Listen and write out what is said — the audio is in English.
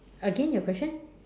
again your question